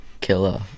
Killer